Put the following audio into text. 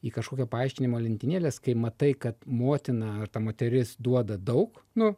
į kažkokio paaiškinimo lentynėles kai matai kad motina ar ta moteris duoda daug nu